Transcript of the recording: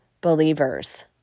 believers